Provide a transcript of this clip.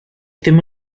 ddim